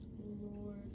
Lord